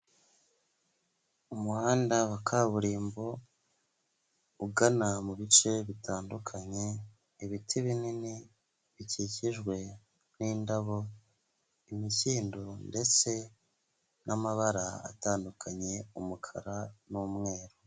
Umuhanda wa kaburimbo ugana mu bice bitandukanye, ibiti binini bikikijwe n'indabo, imikindo ndetse n'amabara atandukanye, umukara n'umweru.